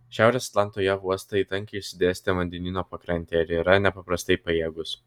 šiaurės atlanto jav uostai tankiai išsidėstę vandenyno pakrantėje ir yra nepaprastai pajėgūs